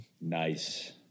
nice